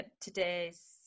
today's